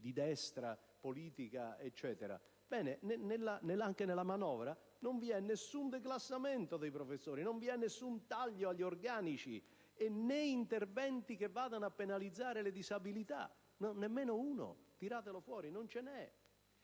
di destra, ci dicono che nella manovra non vi è nessun declassamento dei professori, nessun taglio agli organici, né interventi che vadano a penalizzare le disabilità. Nemmeno uno: tiratelo fuori! Ma non ve ne